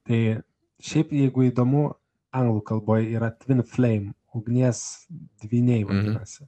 tai šiaip jeigu įdomu anglų kalboj yra tvin fleim ugnies dvyniai vadinasi